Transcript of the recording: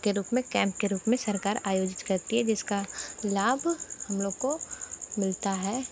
के रूप में कैंप के रूप में सरकार आयोजित करती है जिसका लाभ हम लोग को मिलता है